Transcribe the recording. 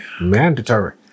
mandatory